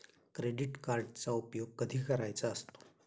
Credit कार्डचा उपयोग कधी करायचा असतो?